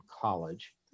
college